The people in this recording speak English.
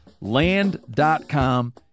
Land.com